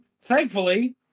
thankfully